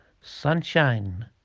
Sunshine